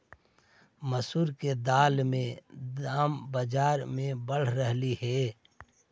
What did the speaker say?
मसूरी के दाल के दाम बजार में बढ़ रहलई हे